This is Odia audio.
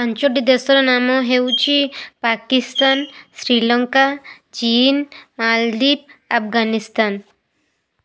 ପାଞ୍ଚଟି ଦେଶର ନାମ ହେଉଛି ପାକିସ୍ତାନ ଶ୍ରୀଲଙ୍କା ଚୀନ୍ ମାଲଦ୍ୱୀପ ଆଫ୍ଗାନିସ୍ତାନ